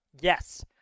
yes